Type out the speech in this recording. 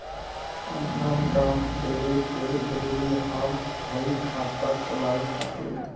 आधार कार्ड देवे के जरूरी हाव हई खाता खुलाए खातिर?